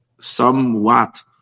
somewhat